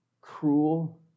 cruel